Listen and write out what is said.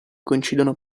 coincidono